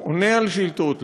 גם עונה על שאילתות,